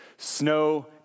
snow